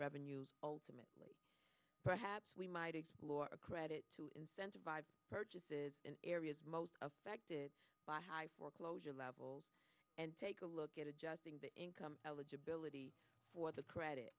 revenues ultimately perhaps we might explore a credit to incentivize purchases in areas most affected by high foreclosure levels and take a look at adjusting the income eligibility for the